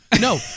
No